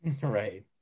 right